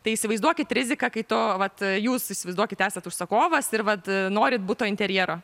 tai įsivaizduokit riziką kai to vat jūs įsivaizduokit esat užsakovas ir vat norite buto interjero